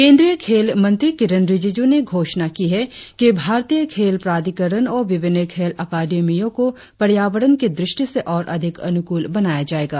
केंद्रीय खेल मंत्री किरेन रिजिजू ने घोषणा की है कि भारतीय खेल प्राधिकरण और विभिन्न खेल अकादमियों को पर्यावरण की दृष्टि से और अधिक अनुकूल बनाया जाएगा